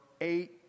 eight